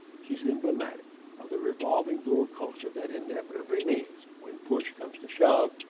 she's emblematic of the revolving door culture that inevitably means, when push comes to shove,